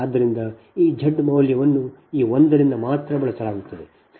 ಆದ್ದರಿಂದ ಈ Z ಮೌಲ್ಯವನ್ನು ಈ ಒಂದರಿಂದ ಮಾತ್ರ ಬಳಸಲಾಗುತ್ತದೆ